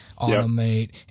automate